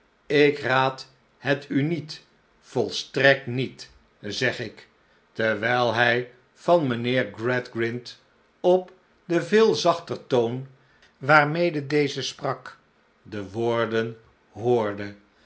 ik raad het u niet volstrekt niet zeg ik terwijl hij van mijnheer gradgrind op den veel zachter toon waarmede deze sprak de woorden hoorde